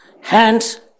hands